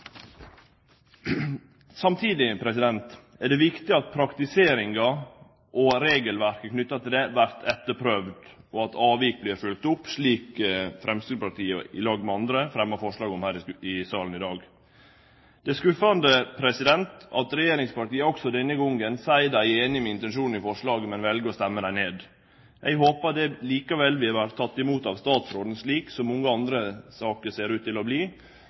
Samtidig er det viktig at praktiseringa av regelverket vert etterprøvd, og at avvik vert følgde opp, slik Framstegspartiet i lag med andre fremmar forslag om her i salen i dag. Det er skuffande at regjeringspartia også denne gongen seier at dei er einige i intensjonen i forslaga, men vel å stemme dei ned. Eg håper dei likevel vert tekne imot av statsråden, slik som mange andre saker ser ut til å